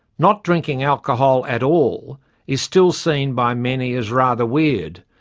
not drinking alcohol at all is still seen by many as rather weird,